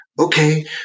okay